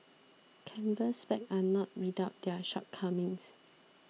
Canvas bags are not without their shortcomings